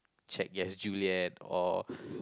Check Yes Juliet or